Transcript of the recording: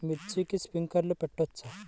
మిర్చికి స్ప్రింక్లర్లు పెట్టవచ్చా?